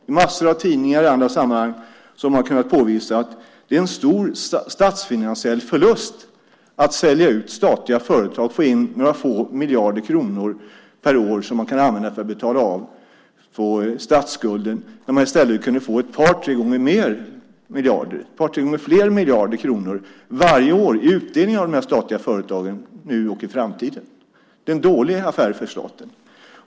I massor av tidningar och i andra sammanhang har man kunnat påvisa att det är en stor statsfinansiell förlust att sälja ut statliga företag och få in några få miljarder kronor per år som man kan använda för att betala av på statsskulden när man i stället kunde få ett par tre gånger fler miljarder kronor varje år i utdelning från de statliga företagen nu och i framtiden. Det är en dålig affär för staten.